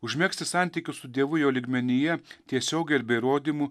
užmegzti santykius su dievu jo lygmenyje tiesiogiai ir be įrodymų